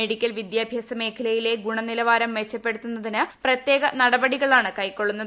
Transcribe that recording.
medical വിദ്യാഭ്യാസ മേഖലയിലെ ഗുണനിലവാരം മെച്ചപ്പെടുത്തുന്നതിന് പ്രത്യേക നടപടികളാണ് കൈക്കൊള്ളുന്നത്